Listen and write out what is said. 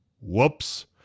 Whoops